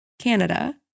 Canada